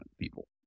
people